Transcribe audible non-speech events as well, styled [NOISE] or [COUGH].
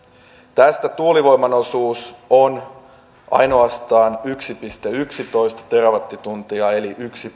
tästä tuulivoiman osuus on ainoastaan yksi pilkku yksitoista terawattituntia eli yksi [UNINTELLIGIBLE]